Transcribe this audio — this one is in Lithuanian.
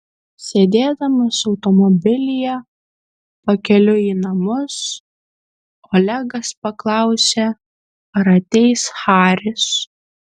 sėdėdamas automobilyje pakeliui į namus olegas paklausė ar ateis haris